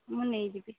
ମୁଁ ନେଇଯିବି